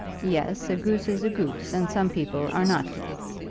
yes a goose is a goose, and some people are not geese.